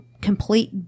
complete